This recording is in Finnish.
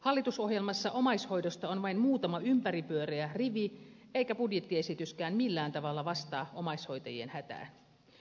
hallitusohjelmassa omaishoidosta on vain muutama ympäripyöreä rivi eikä budjettiesityskään millään tavalla vastaa omaishoitajien hätään